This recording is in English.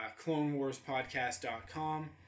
clonewarspodcast.com